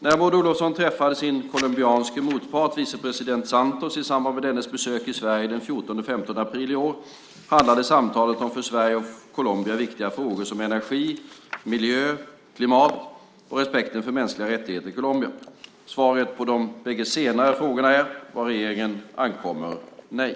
När Maud Olofsson träffade sin colombianske motpart, vicepresident Santos, i samband med dennes besök i Sverige den 14-15 april i år, handlade samtalet om för Sverige och Colombia viktiga frågor som energi, miljö, klimat och respekten för mänskliga rättigheterna i Colombia. Svaret på de bägge senare frågorna är, vad regeringen ankommer, nej.